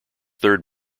third